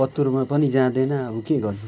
पत्रुमा पनि जाँदैन अब के गर्नु